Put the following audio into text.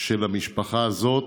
של המשפחה הזאת,